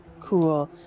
Cool